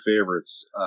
favorites